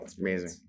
Amazing